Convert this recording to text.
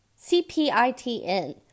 cpitn